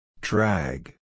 Drag